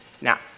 Now